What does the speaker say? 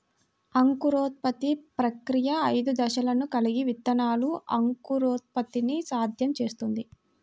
అంకురోత్పత్తి ప్రక్రియ ఐదు దశలను కలిగి విత్తనాల అంకురోత్పత్తిని సాధ్యం చేస్తుంది